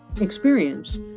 experience